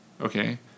Okay